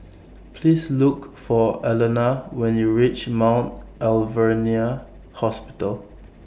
Please Look For Alana when YOU REACH Mount Alvernia Hospital